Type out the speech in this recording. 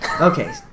Okay